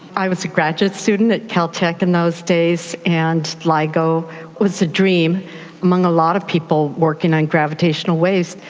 i was a graduate student at caltech in those days, and ligo was a dream among a lot of people working on gravitational waves,